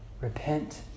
Repent